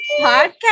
podcast